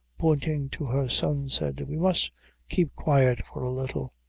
pointing to her son, said we must keep quiet for a little.